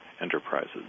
enterprises